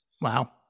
Wow